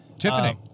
Tiffany